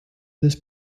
this